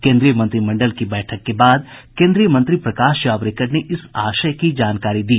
केन्द्रीय मंत्रिमंडल की बैठक के बाद केन्द्रीय मंत्री प्रकाश जावड़ेकर ने इस आशय की जानकारी दी